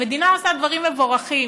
המדינה עושה דברים מבורכים,